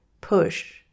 push